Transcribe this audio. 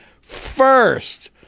first